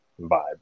vibe